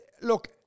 look